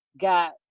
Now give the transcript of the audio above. got